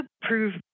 prove